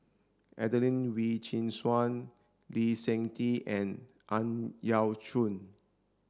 Adelene Wee Chin Suan Lee Seng Tee and Ang Yau Choon